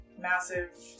massive